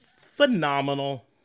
phenomenal